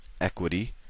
Equity